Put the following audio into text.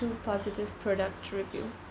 two positive product review